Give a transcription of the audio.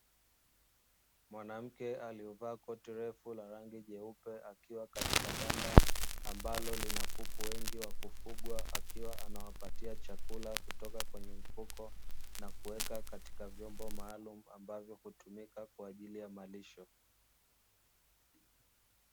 Mwanamke aliyevaa koti refu la rangi ya jeupe, akiwa katika banda ambalo lina kuku wengi wa kufugwa akiwa anawapatia chakula kutoka kwenye mfuko na kuweka katika vyombo maalumu ambavyo hutumika kwa ajili ya malisho.